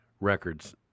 records